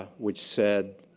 which said,